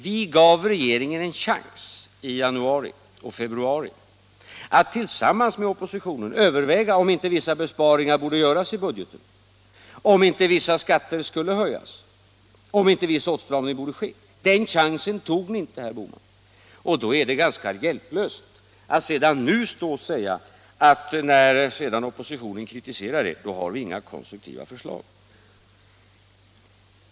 Vi gav regeringen en chans i januari och februari att tillsammans med oppositionen överväga om inte vissa besparingar borde göras i budgeten, om inte vissa skatter skulle höjas, om inte viss åtstramning borde ske. Den chansen tog ni inte, herr Bohman, och då är det ganska hjälplöst att nu stå och säga, när vi i oppositionen kritiserar er, att vi inte har några konstruktiva förslag.